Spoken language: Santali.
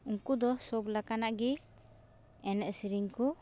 ᱩᱱᱠᱩ ᱫᱚ ᱥᱳᱵᱽᱞᱮᱠᱟᱱᱟᱜ ᱜᱮ ᱮᱱᱮᱡ ᱥᱮᱨᱮᱧ ᱠᱚ